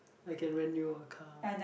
I can rent you a car